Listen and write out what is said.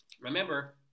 Remember